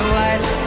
light